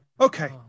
Okay